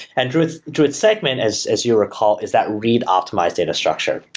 and druid druid segment as as you recall, is that read-optimized data structure.